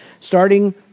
Starting